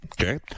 Okay